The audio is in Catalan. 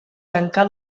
tancar